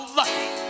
lucky